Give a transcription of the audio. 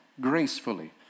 Gracefully